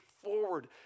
forward